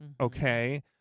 okay